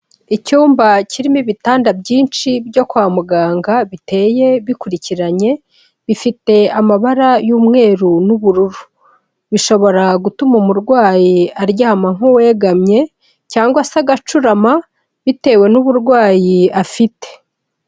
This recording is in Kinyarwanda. Icyumba kirimo ibitanda byinshi byo kwa muganga biteye bikurikiranye, bifite amabara y'umweru n'ubururu, bishobora gutuma umurwayi aryama nk'uwegamye cyangwa se agacurama bitewe n'uburwayi afite.